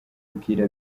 abwira